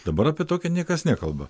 dabar apie tokią niekas nekalba